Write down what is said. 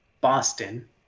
Boston